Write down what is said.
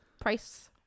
price